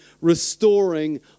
restoring